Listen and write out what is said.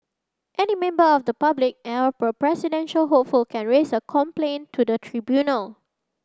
any member of the public a presidential hopeful can raise a complaint to the tribunal